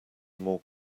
more